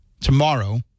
tomorrow